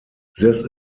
this